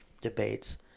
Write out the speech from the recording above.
debates